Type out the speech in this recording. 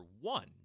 one